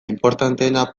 inportanteena